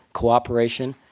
cooperation,